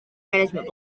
management